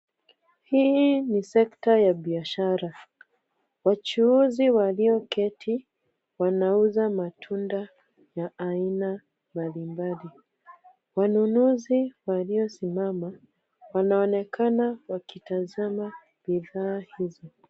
Hii ni sekta ya biashara. Wachuuzi walioketi wanauza matunda ya aina mbalimbali. Wanunuzi waliosimama, wanaonekana wakitazama bidhaa hizo.